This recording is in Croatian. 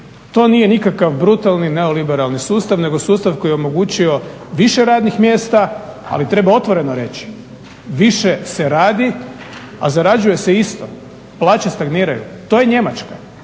To nije nikakav brutalni neoliberalni sustav nego sustav koji je omogućio više radnih mjesta ali treba otvoreno reći, više se radi a zarađuje se isto, plaće stagniraju. To je Njemačka,